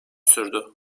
sürdü